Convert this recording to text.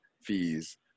fees